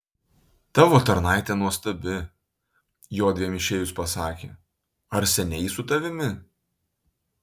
tavo tarnaitė nuostabi jodviem išėjus pasakė ar seniai ji su tavimi